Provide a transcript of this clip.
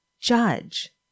judge